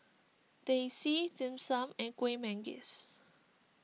Teh C Dim Sum and Kuih Manggis